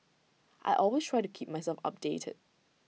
I always try to keep myself updated